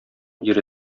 ире